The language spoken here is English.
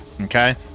Okay